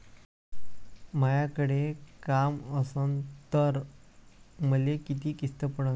मायाकडे काम असन तर मले किती किस्त पडन?